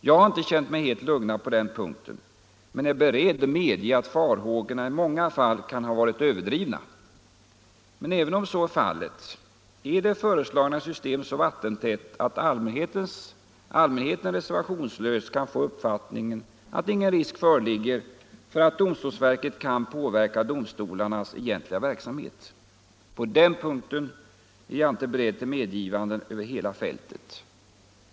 Jag har inte känt mig helt lugnad på den punkten men är beredd medge att farhågorna i många fall kan ha varit överdrivna. Men även om så är fallet — är det föreslagna systemet så ”vattentätt” att allmänheten reservationslöst kan få uppfattningen att ingen risk föreligger för att domstolsverket kan påverka domstolarnas egentliga verksamhet? På den punkten är jag inte beredd till medgivanden över hela fältet.